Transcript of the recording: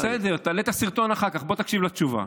בסדר, תעלה את הסרטון אחר כך, בוא תקשיב לתשובה.